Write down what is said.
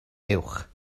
uwch